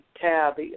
tab